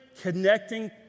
connecting